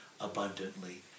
abundantly